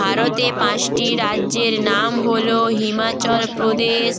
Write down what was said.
ভারতে পাঁচটি রাজ্যের নাম হল হিমাচল প্রদেশ